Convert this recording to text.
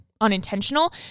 unintentional